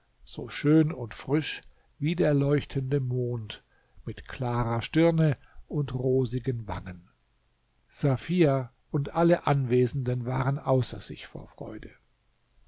so schön und frisch wie der leuchtende mond mit klarer stirne und rosigen wangen safia und alle anwesenden waren außer sich vor freude